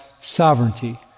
sovereignty